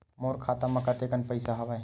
मोर खाता म कतेकन पईसा हवय?